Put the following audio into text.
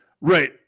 Right